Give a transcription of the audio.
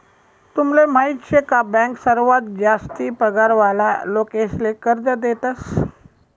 तुमले माहीत शे का बँक सर्वात जास्ती पगार वाला लोकेसले कर्ज देतस